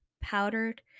powdered